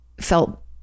felt